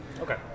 Okay